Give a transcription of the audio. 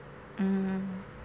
mm